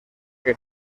que